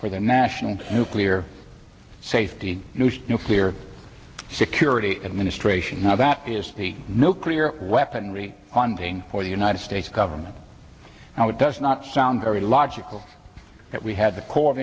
for the national nuclear safety nuclear security administration now that is the nuclear weaponry on thing for the united states government and it does not sound very logical that we had the co